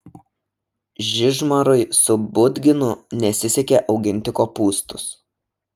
žižmarui su budginu nesisekė auginti kopūstus